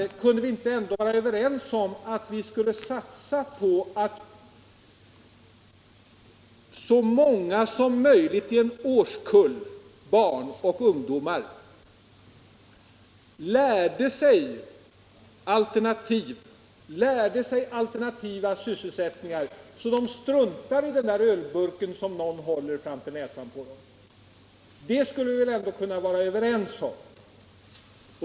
Men skulle vi då inte kunna vara överens om att vi bör satsa på att så många som möjligt i en årskull barn och ungdomar lärde sig alternativa sysselsättningar, så att de struntade i den där ölburken som någon håller framför näsan på dem? Att lära dem det skulle vi väl ändå kunna vara överens om!